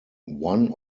one